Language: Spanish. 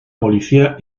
policía